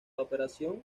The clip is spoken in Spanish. operación